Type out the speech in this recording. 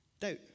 doubt